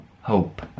hope